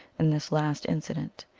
in this last incident.